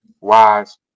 wise